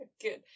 Good